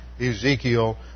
Ezekiel